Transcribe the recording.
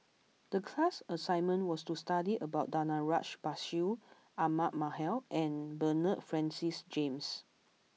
the class assignment was to study about Danaraj Bashir Ahmad Mallal and Bernard Francis James